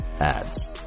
ads